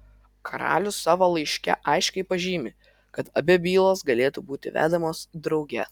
karalius savo laiške aiškiai pažymi kad abi bylos galėtų būti vedamos drauge